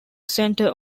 center